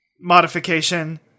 modification